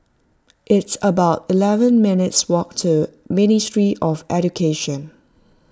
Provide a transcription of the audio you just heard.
it's about eleven minutes' walk to Ministry of Education